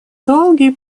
долгий